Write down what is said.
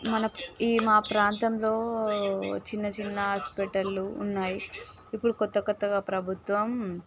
ఈ మా ప్రాంతంలో చిన్నచిన్న హాస్పిటళ్ళు ఉన్నాయి ఇపుడు కొత్త కొత్తగా ప్రభుత్వం